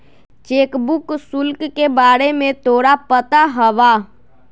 Cheque book शुल्क के बारे में तोरा पता हवा?